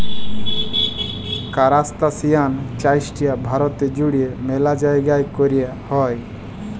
কারাস্তাসিয়ান চাইশটা ভারতে জুইড়ে ম্যালা জাইগাই কৈরা হই